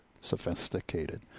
sophisticated